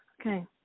Okay